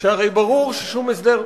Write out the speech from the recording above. שהרי ברור ששום הסדר,